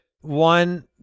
one